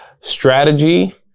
strategy